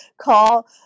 call